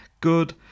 Good